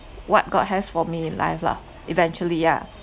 what god has for me in life lah eventually yeah